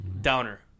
Downer